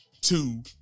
Two